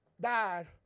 died